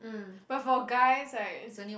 but for guys right